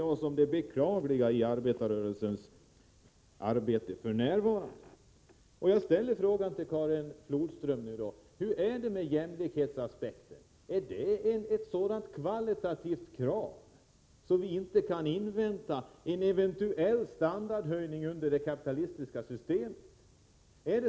Det är det beklagliga i arbetarrörelsens verksamhet f.n. Jag frågar Karin Flodström: Hur är det med jämlikhetsaspekten? Är det ett så kvalitativt krav att vi inte kan invänta en eventuell standardhöjning under det kapitalistiska systemet?